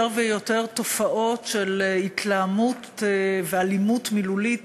ויותר תופעות של התלהמות ואלימות מילולית